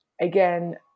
again